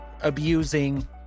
abusing